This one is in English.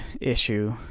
issue